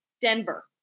Denver